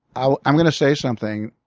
i'm i'm going to say something.